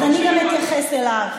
אז אני אתייחס גם אליו.